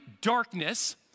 darkness